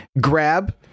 grab